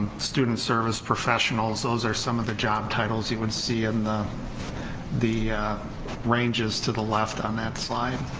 student service professionals, those are some of the job titles you would see in the the ranges to the left on that slide.